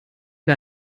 gar